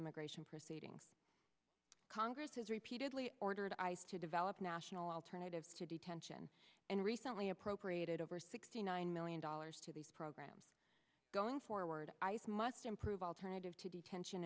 immigration proceedings congress has repeatedly ordered ice to develop national alternative to detention and recently appropriated over sixty nine million dollars to the program going forward ice must improve alternative to detention